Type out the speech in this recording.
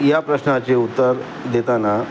या प्रश्नाचे उत्तर देताना